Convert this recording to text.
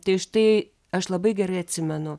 tai štai aš labai gerai atsimenu